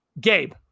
Gabe